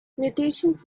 mutations